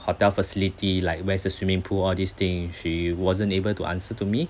hotel facility like where's the swimming pool all this thing she wasn't able to answer to me